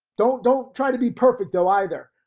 don't, don't try to be perfect though, either.